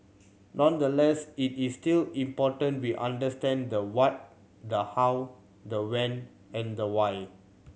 nonetheless it is still important we understand the what the how the when and the why